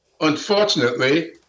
Unfortunately